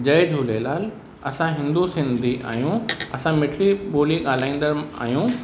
जय झूलेलाल असां हिंदू सिंधी आहियूं असां मिठड़ी ॿोली ॻाल्हाईंदड़ु आहियूं